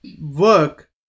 work